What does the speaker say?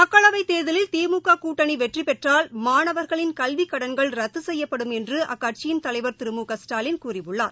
மக்களவைத் தேர்தலில் திமுககூட்டணிவெற்றிபெற்றால் மாணவர்களின் கல்விக் கடன்கள் ரத்துசெய்யப்படும் என்றுஅக்கட்சியின் தலைவர் திரு மு க ஸ்டாலின் கூறியுள்ளார்